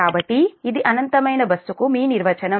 కాబట్టి ఇది అనంతమైన బస్సుకు మీ నిర్వచనం